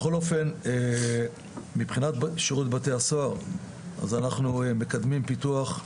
בכל אופן מבחינת שירות בתי הסוהר אנחנו מקדמים פיתוח,